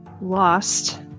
lost